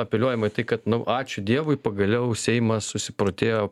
apeliuojama į tai kad nu ačiū dievui pagaliau seimas susiprotėjo